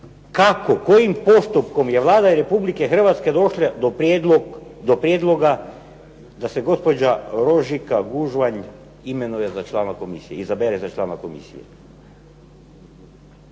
kako, kojim postupkom je Vlada Republike Hrvatske došla do prijedloga da se gospođa Rožika Gužvanj imenuje za člana komisije, izabere za člana komisije?